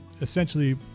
essentially